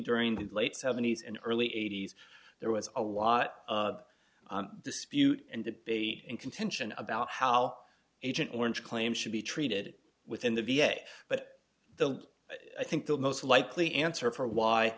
during the late seventies and early eighty's there was a lot of dispute and debate and contention about how agent orange claims should be treated within the v a but the i think the most likely answer for why